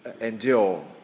endure